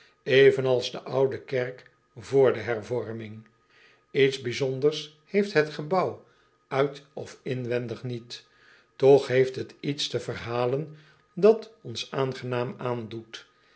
de oude kerk vr de ervorming ets bijzonders heeft het gebouw uit of inwendig niet och heeft het iets te verhalen dat ons aangenaam aandoet